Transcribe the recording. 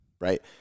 Right